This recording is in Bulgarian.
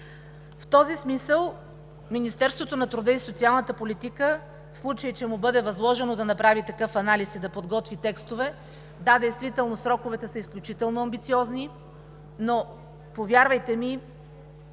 В този смисъл Министерството на труда и социалната политика, в случай че му бъде възложено да направи такъв анализ и да подготви текстове, да, действително сроковете са изключително амбициозни, но, повярвайте, ми